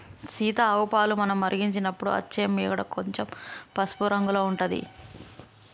సీత ఆవు పాలు మనం మరిగించినపుడు అచ్చే మీగడ కొంచెం పసుపు రంగుల ఉంటది